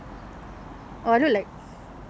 oh look like